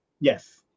Yes